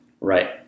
Right